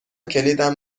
کلیدم